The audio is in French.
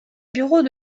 bureaux